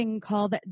called